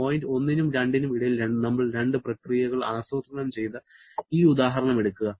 point 1 നും 2 നും ഇടയിൽ നമ്മൾ രണ്ട് പ്രക്രിയകൾ ആസൂത്രണം ചെയ്ത ഈ ഉദാഹരണം എടുക്കുക